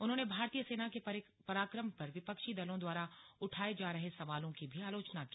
उन्होंने भारतीय सेना के पराक्रम पर विपक्षी दलों द्वारा उठाए जा रहे सवालों की भी आलोचना की